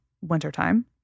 wintertime